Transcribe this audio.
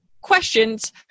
questions